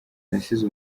nasize